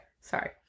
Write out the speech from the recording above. Sorry